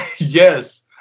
Yes